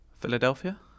Philadelphia